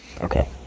Okay